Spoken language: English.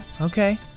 Okay